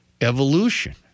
evolution